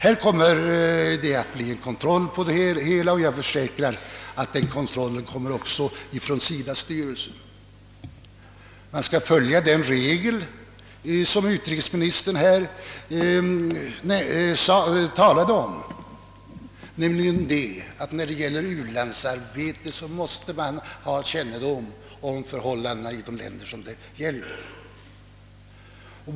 Det kommer att bli kontroll av detta, sade utrikesministern, och jag försäkrar att denna kontroll också kommer att utövas från SIDA:s styrelse. Man skall följa den regel som utrikesministern här talade om, nämligen att man när det gäller u-landsarbete måste ha kännedom om förhållandena i de länder det gäller.